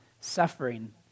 suffering